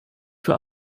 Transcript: für